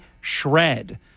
shred